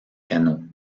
canots